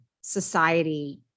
society